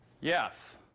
Yes